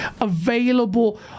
available